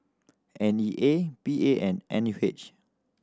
N E A P A and N U H